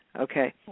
Okay